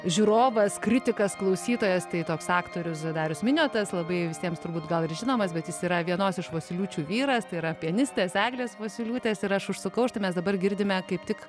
žiūrovas kritikas klausytojas tai toks aktorius darius miniotas labai visiems turbūt gal ir žinomas bet jis yra vienos iš vosyliūčių vyras tai yra pianistės eglės vosyliūtės ir aš užsukau štai mes dabar girdime kaip tik